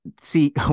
see